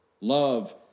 Love